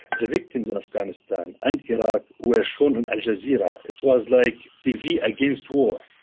the victims in afghanistan and iraq were shown on al jazeera. it was like tv against war.